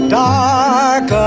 dark